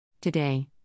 Today